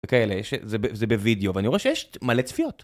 וכאלה, זה בווידאו, ואני רואה שיש מלא צפיות.